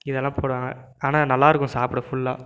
இதெல்லாம் போடுவாங்க ஆனால் நல்லாயிருக்கும் சாப்பிட ஃபுல்லாக